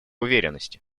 уверенности